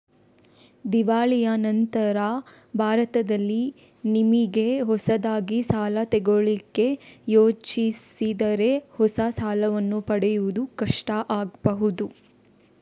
ದಿವಾಳಿಯ ನಂತ್ರ ಭಾರತದಲ್ಲಿ ನಿಮಿಗೆ ಹೊಸದಾಗಿ ಸಾಲ ತಗೊಳ್ಳಿಕ್ಕೆ ಯೋಜಿಸಿದರೆ ಹೊಸ ಸಾಲವನ್ನ ಪಡೆಯುವುದು ಕಷ್ಟ ಆಗ್ಬಹುದು